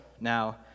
now